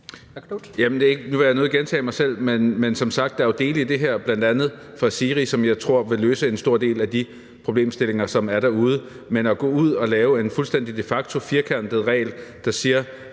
Nu vil jeg nødig gentage mig selv, men som sagt er der dele i de her, bl.a. i forhold til SIRI, som jeg tror vil løse en del af de problemstillinger, som er derude. Men at gå ud og lave en fuldstændig de facto, firkantet regel , der siger,